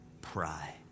pry